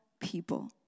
people